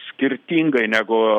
skirtingai negu